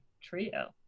trio